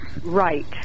right